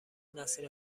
نسل